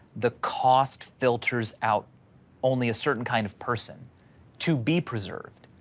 the cost filters out only a certain kind of person to be preserved.